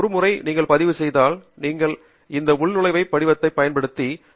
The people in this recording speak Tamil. ஒருமுறை நீங்கள் பதிவு செய்தால் நீங்கள் இந்த உள்நுழைவு படிவத்தைப் பயன்படுத்தி உள்நுழையலாம்